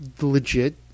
legit